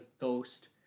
ghost